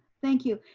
thank you.